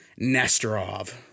Nesterov